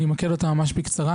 אני אמקד אותם ממש בקצרה,